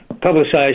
publicized